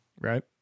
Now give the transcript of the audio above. Right